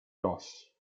los